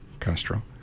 Castro